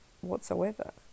whatsoever